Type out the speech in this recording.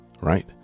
Right